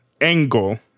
angle